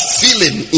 feeling